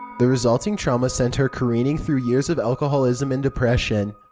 the resulting trauma sent her careening through years of alcoholism and depression.